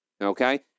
okay